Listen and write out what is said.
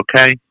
Okay